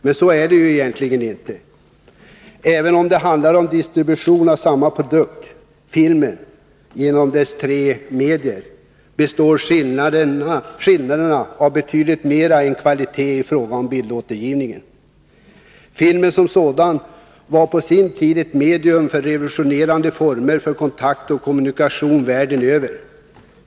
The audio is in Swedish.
Men så är det ju egentligen inte. Även om det handlar om distribution av samma produkt — filmen — genom dessa tre medier, består skillnaderna av betydligt mera än kvaliteten i fråga om bildåtergivningen. Filmen som sådan var på sin tid ett medium som revolutionerade formerna för kontakt och kommunikation världen över.